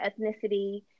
ethnicity